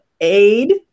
aid